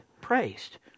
praised